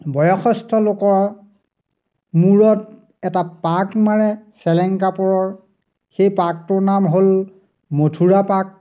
বয়সস্থ লোকৰ মূৰত এটা পাক মাৰে চেলেং কাপোৰৰ সেই পাকটোৰ নাম হ'ল মথুৰা পাক